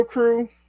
crew